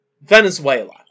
Venezuela